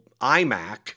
iMac